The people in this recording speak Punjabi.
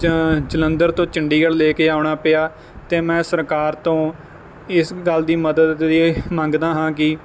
ਜ ਜਲੰਧਰ ਤੋਂ ਚੰਡੀਗੜ੍ਹ ਲੈ ਕੇ ਆਉਣਾ ਪਿਆ ਅਤੇ ਮੈਂ ਸਰਕਾਰ ਤੋਂ ਇਸ ਗੱਲ ਦੀ ਮਦਦ ਦੀ ਮੰਗਦਾ ਹਾਂ ਕਿ